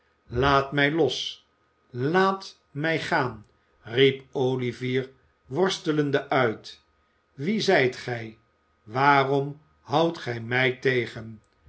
laat mij los laat mij gaan riep olivier worstelende uit wie zijt gij waarom houdt gij mij tegen